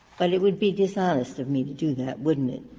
but it would be dishonest of me to do that, wouldn't it?